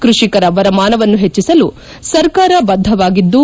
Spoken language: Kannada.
ಕೃಷಿಕರ ವರಮಾನವನ್ನು ಹೆಟ್ಟಸಲು ಸರ್ಕಾರ ಬದ್ದವಾಗಿದ್ದು